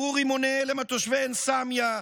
ירו רימוני הלם על תושבי עין סמיה,